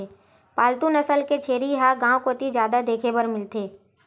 पालतू नसल के छेरी ह गांव कोती जादा देखे बर मिलथे